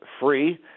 free